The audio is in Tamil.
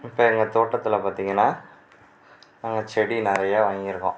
இப்போ எங்கள் தோட்டத்தில் பார்த்திங்கனா நாங்கள் செடி நிறையா வாங்கியிருக்கோம்